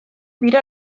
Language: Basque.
dira